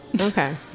Okay